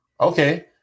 Okay